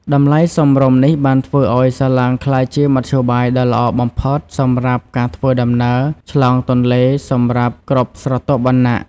តម្លៃសមរម្យនេះបានធ្វើឱ្យសាឡាងក្លាយជាមធ្យោបាយដ៏ល្អបំផុតសម្រាប់ការធ្វើដំណើរឆ្លងទន្លេសម្រាប់គ្រប់ស្រទាប់វណ្ណៈ។